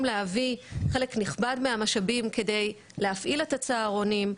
להביא חלק נכבד מהמשאבים כדי להפעיל את הצהרונים.